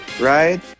right